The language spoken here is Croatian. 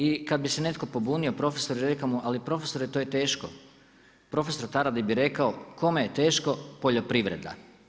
I kada bi se netko pobunio profesoru i rekao ali profesore to je teško, profesor … bi rekao, kome je teško poljoprivreda.